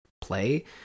play